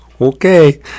Okay